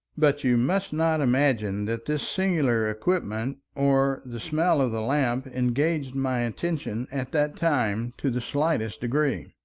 but you must not imagine that this singular equipment or the smell of the lamp engaged my attention at that time to the slightest degree.